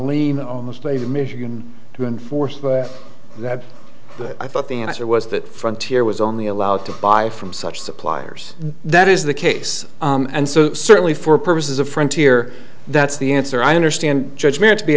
lean on the state of michigan to enforce that but i thought the answer was that frontier was only allowed to buy from such suppliers that is the case and so certainly for purposes of frontier that's the answer i understand judge me to be